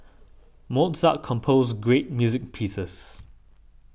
Mozart composed great music pieces